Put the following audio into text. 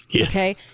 okay